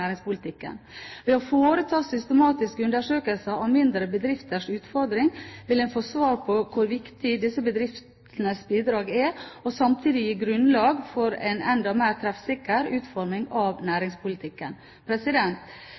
næringspolitikken. Ved å foreta systematiske undersøkelser av mindre bedrifters utfordring vil en få svar på hvor viktig disse bedriftenes bidrag er, og samtidig gi grunnlag for en enda mer treffsikker utforming av næringspolitikken.